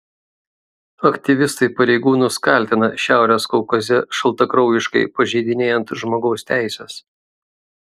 aktyvistai pareigūnus kaltina šiaurės kaukaze šaltakraujiškai pažeidinėjant žmogaus teises